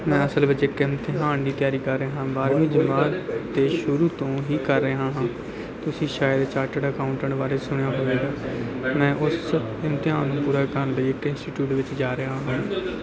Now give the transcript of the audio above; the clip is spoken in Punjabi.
ਮੈਂ ਅਸਲ ਵਿੱਚ ਇੱਕ ਇਮਤਿਹਾਨ ਦੀ ਤਿਆਰੀ ਕਰ ਰਿਹਾ ਹਾਂ ਬਾਰਵੀਂ ਜਮਾਤ ਦੇ ਸ਼ੁਰੂ ਤੋਂ ਹੀ ਕਰ ਰਿਹਾ ਹਾਂ ਤੁਸੀਂ ਸ਼ਾਇਦ ਚਾਰਟਰਡ ਅਕਾਊਂਟੈਂਟ ਬਾਰੇ ਸੁਣਿਆ ਹੋਵੇਗਾ ਮੈਂ ਉਸ ਇਮਤਿਹਾਨ ਨੂੰ ਪੂਰਾ ਕਰਨ ਲਈ ਇੱਕ ਇੰਸਟੀਚਿਊਟ ਵਿੱਚ ਜਾ ਰਿਹਾ ਹਾਂ